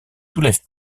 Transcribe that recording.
soulève